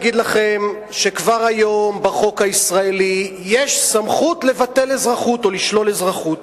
כבר היום יש בחוק הישראלי סמכות לבטל אזרחות או לשלול אזרחות.